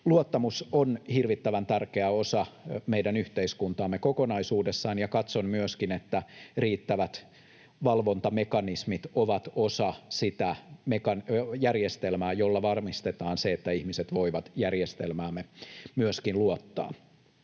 Luottamus on hirvittävän tärkeä osa meidän yhteiskuntaamme kokonaisuudessaan. Katson myöskin, että riittävät valvontamekanismit ovat osa sitä järjestelmää, jolla varmistetaan, että ihmiset voivat järjestelmäämme myöskin luottaa.